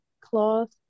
cloth